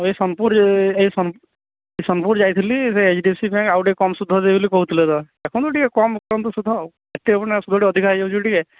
ଏଇ ସୋନପୁରରେ ଏଇ ସୋନ ସୋନପୁର ଯାଇଥିଲି ସେ ଡିସି ବ୍ୟାଙ୍କ ଆଉ ଟିକିଏ କମ୍ ସୁଧ ଦେବେ ବୋଲି କହୁଥିଲେ ତ ଦେଖନ୍ତୁ ଟିକେ କମ୍ କରନ୍ତୁ ସୁଧ ଆଉ ଏତେ ସୁଧ ଟିକେ ଅଧିକା ହେଇଯାଉଛି ଟିକେ